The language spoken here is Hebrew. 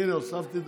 הינה, הוספתי דקה.